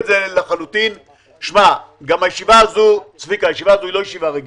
צביקה, הישיבה הזאת היא לא ישיבה רגילה,